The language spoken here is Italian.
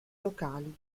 locali